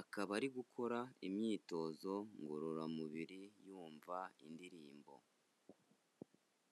akaba ari gukora imyitozo ngororamubiri yumva indirimbo.